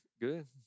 good